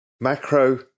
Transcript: Macro